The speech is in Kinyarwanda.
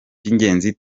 by’ingenzi